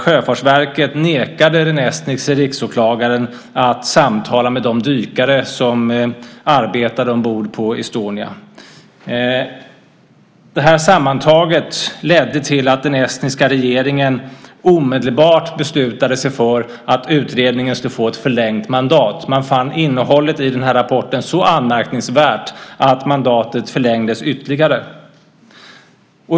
Sjöfartsverket nekade den estniske riksåklagaren att samtala med de dykare som arbetade ombord på Estonia. Sammantaget ledde det här till att den estniska regeringen omedelbart beslutade sig för att utredningen skulle få ett förlängt mandat. Man fann innehållet i den här rapporten så anmärkningsvärt att mandatet förlängdes ytterligare.